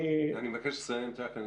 אני מבקש לסיים, צ'אק.